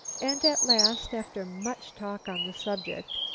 and at last, after much talk on the subject,